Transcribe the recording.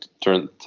turn